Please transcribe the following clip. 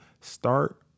start